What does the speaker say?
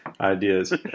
ideas